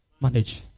manage